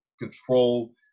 control